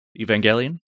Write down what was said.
Evangelion